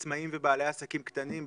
עצמאים ובעלי עסקים קטנים,